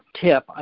tip